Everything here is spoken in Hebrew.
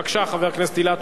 בבקשה, חבר הכנסת אילטוב.